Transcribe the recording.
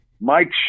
Mike